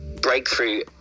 breakthrough